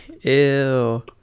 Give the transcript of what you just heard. ew